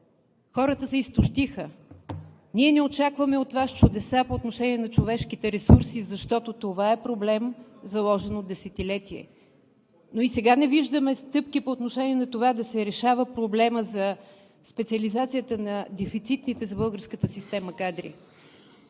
Хората се изтощиха. Ние не очакваме от Вас чудеса по отношение на човешките ресурси, защото това е проблем, заложен от десетилетие, но и сега не виждаме стъпки да се решава проблемът за специализацията на дефицитните за българската система кадри.